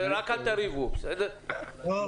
בבקשה.